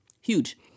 huge